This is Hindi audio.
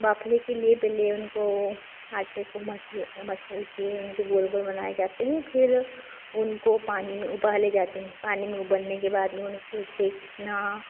बाफले के लिए पहले उनको आटे को मस मसल के उनके गोल गोल बनाए जाते हैं फिर उनको पानी में उबाले जाते हैं पानी में उबलने के बाद में उनको सेकना